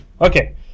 Okay